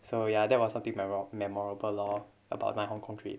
so ya that was something memorable lor about my hong-kong trip